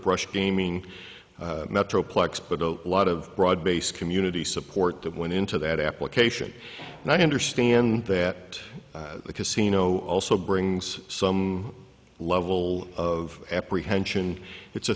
brush gaming metroplex but a lot of broad base community support that went into that application and i understand that the casino also brings some level of apprehension it's a